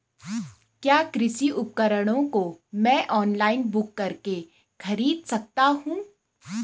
क्या कृषि उपकरणों को मैं ऑनलाइन बुक करके खरीद सकता हूँ?